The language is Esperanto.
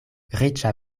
riĉa